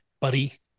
buddy